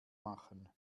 machen